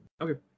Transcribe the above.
Okay